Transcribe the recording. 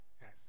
Yes